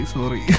Sorry